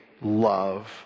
love